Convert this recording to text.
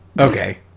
Okay